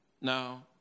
Now